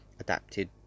Adapted